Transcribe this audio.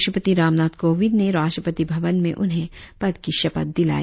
राष्ट्रपति रामनाथ कोविंद ने राष्ट्रपति भवन में उन्हें पद की शपथ दिलाई